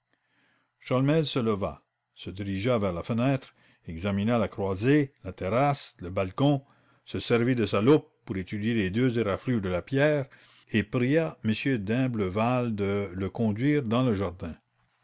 sholmès se leva se dirigea vers la fenêtre examina la croisée la terrasse le balcon se servit de sa loupe pour étudier les deux éraflures de la pierre et pria m d'imblevalle de le conduire dans le jardin